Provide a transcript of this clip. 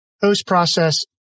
Post-process